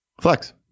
Flex